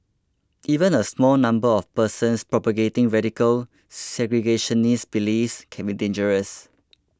even a small number of persons propagating radical segregationist beliefs can be dangerous